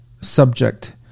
subject